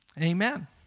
Amen